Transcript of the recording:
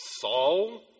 Saul